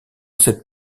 cette